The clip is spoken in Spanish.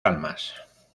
palmas